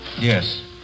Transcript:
Yes